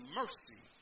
mercy